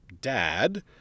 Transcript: dad